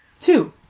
Two